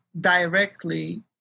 directly